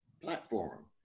platform